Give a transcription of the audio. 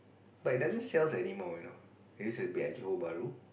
but it doesn't sells anymore you know it used to be at Johor-Bahru